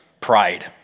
pride